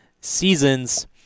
seasons